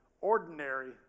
ordinary